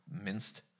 minced